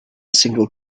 single